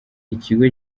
ikigo